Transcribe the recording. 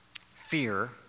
Fear